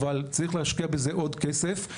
אבל צריך להשקיע בזה עוד כסף.